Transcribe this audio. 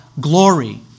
glory